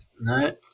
No